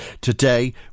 Today